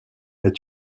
est